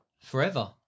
Forever